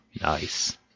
Nice